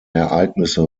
ereignisse